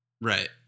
Right